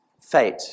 fate